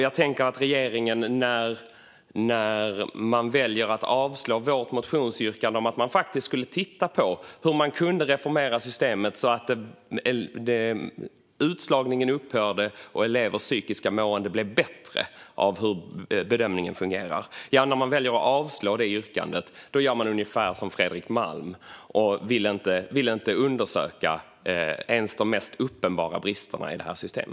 Jag tänker att när man väljer att avslå vårt motionsyrkande om att titta på hur man kan reformera systemet så att utslagningen upphör och så att elevers psykiska mående blir bättre - det handlar om hur bedömningen fungerar - gör man ungefär som Fredrik Malm och vill inte undersöka ens de mest uppenbara bristerna i detta system.